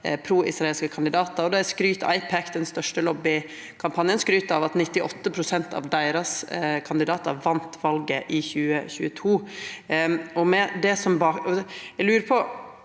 proisraelske kandidatar. AIPAC, den største lobbykampanjen, skryt av at 98 pst. av deira kandidatar vann valet i 2022.